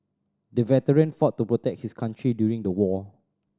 the veteran fought to protect his country during the war